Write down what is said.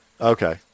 Okay